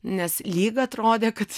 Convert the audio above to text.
nes lyg atrodė kad